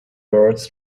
birds